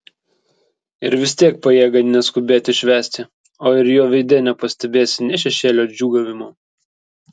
ir vis tiek pajėgia neskubėti švęsti o ir jo veide nepastebėsi nė šešėlio džiūgavimo